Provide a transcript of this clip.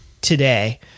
today